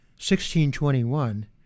1621